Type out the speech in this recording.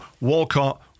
Walcott